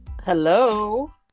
Hello